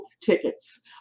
tickets